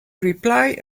reply